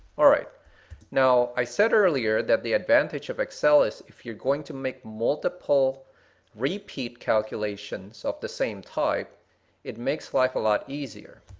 now i said earlier that the advantage of excel is if you're going to make multiple repeat calculations of the same type it makes life a lot easier.